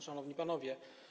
Szanowni Panowie!